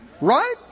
Right